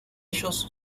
ellos